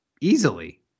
easily